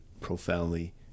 profoundly